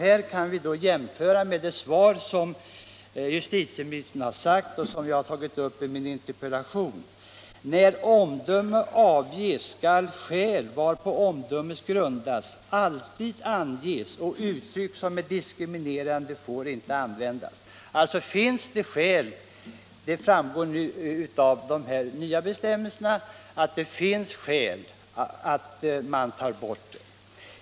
Vi kan då jämföra detta med den nya bestämmelse som jag har redogjort för i interpellationen och som justitieministern har återgivit i svaret: ” När ett omdöme avges, skall de skäl varpå omdömet grundas alltid anges och uttryck som är diskriminerande får inte användas.” Det finns alltså skäl för att också ta bort diskriminerande uttryck ur gamla journaler.